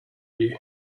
you